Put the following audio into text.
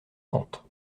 nantes